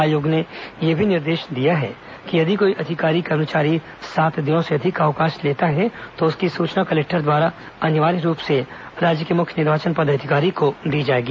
आयोग ने यह भी निर्देश दिया है कि यदि कोई अधिकारी कर्मचारी सात दिनों से अधिक का अवकाश लेता है तो उसकी सूचना कलेक्टर द्वारा अनिवार्य रूप से राज्य के मुख्य निर्वाचन पदाधिकारी को दी जाएगी